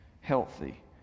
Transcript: healthy